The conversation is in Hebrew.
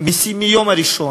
מסים מהיום הראשון,